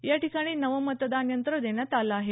या ठिकाणी नवं मतदान यंत्र देण्यात आलं आहे